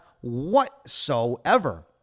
whatsoever